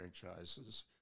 franchises